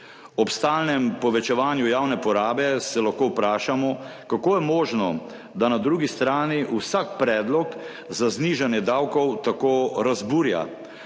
Ob stalnem povečevanju javne porabe se lahko vprašamo, kako je možno, da na drugi strani vsak predlog za znižanje davkov tako razburja.